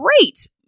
great